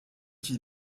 qui